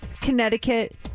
Connecticut